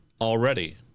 already